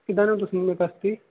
इदानीं तु सम्यक् अस्ति